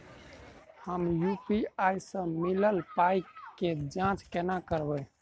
हम यु.पी.आई सअ मिलल पाई केँ जाँच केना करबै?